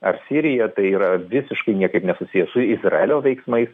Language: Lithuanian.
ar siriją tai yra visiškai niekaip nesusiję su izraelio veiksmais